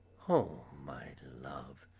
oh, my love,